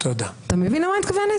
אתה מבין למה אני מתכוונת?